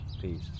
Peace